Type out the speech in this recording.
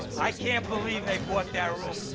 i can't believe they bought that room.